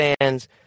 fans